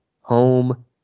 home